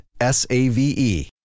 S-A-V-E